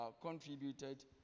contributed